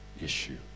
issue